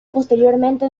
posteriormente